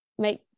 Make